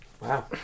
Wow